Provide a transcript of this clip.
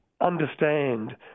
understand